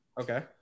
Okay